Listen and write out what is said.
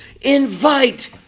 Invite